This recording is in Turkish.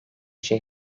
şey